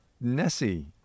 Nessie